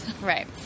right